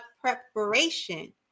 preparation